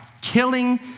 killing